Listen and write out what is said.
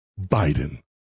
Biden